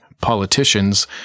politicians